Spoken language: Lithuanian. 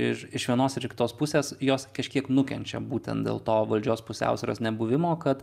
ir iš vienos ir kitos pusės jos kažkiek nukenčia būtent dėl to valdžios pusiausvyros nebuvimo kad